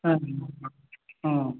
हा